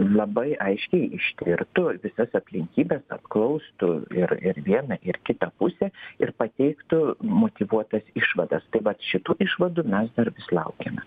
labai aiškiai ištirtų visas aplinkybes apklaustų ir ir vieną ir kitą pusę ir pateiktų motyvuotas išvadas tai vat šitų išvadų mes dar vis laukiame